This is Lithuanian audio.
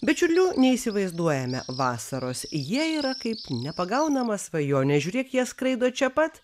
be čiurlių neįsivaizduojame vasaros jie yra kaip nepagaunama svajonė žiūrėk jie skraido čia pat